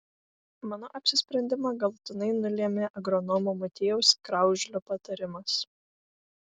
mano apsisprendimą galutinai nulėmė agronomo motiejaus kraužlio patarimas